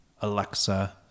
Alexa